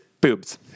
boobs